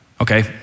Okay